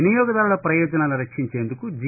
వినియోగదారుల పయోజనాలను రక్షించేందుకు జి